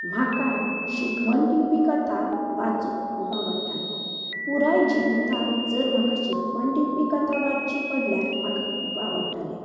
म्हाका शिकवण दिवपी कथा वाचूंक खूब आवडटात पुराय जिवितांत जर म्हाका शिकवण दिवपी कथा वाचची पडल्यार म्हाका खूप आवडटलें